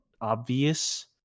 obvious